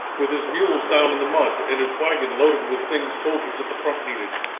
with his mules down in the mud and his wagon loaded with things soldiers at the front needed.